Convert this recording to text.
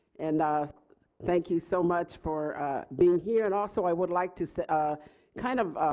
and thank you so much for being here and also i would like to, so ah kind of,